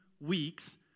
weeks